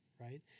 right